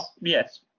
yes